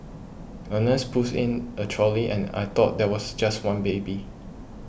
a nurse pushed in a trolley and I thought there was just one baby